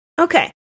Okay